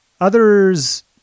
Others